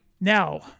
Now